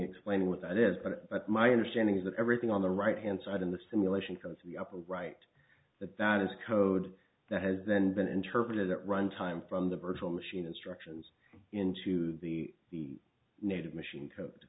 explaining what that is but my understanding is that everything on the right hand side in the simulation comes to the upper right that that is code that has then been interpreted at runtime from the virtual machine instructions into the the native machine co